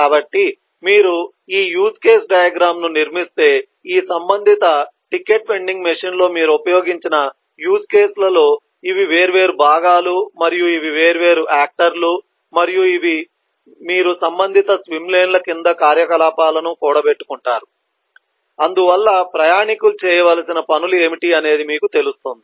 కాబట్టి మీరు ఈ యూజ్ కేస్ డయాగ్రమ్ ను నిర్మిస్తే ఈ సంబంధిత టికెట్ వెండింగ్ మెషీన్లో మీరు ఉపయోగించిన యూజ్ కేసులలో ఇవి వేర్వేరు భాగాలు మరియు ఇవి వేర్వేరు ఆక్టర్ లు మరియు మీరు సంబంధిత స్విమ్ లేన్ల క్రింద కార్యకలాపాలను కూడబెట్టుకుంటారు అందువల్ల ప్రయాణికులు చేయవలసిన పనులు ఏమిటి అనేది మీకు తెలుస్తుంది